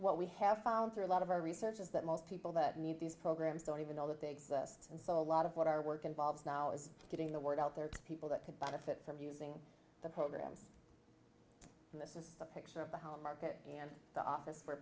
what we have found through a lot of our research is that most people that need these programs don't even know that they exist and so a lot of what our work involves now is getting the word out there to people that could benefit from using the programs the picture of the home market and the office where